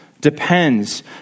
depends